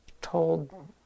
told